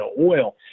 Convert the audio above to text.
oil